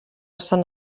sant